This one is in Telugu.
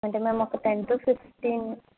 అంటే మేమొక టెన్ టు ఫిఫ్టీన్